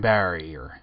Barrier